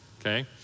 okay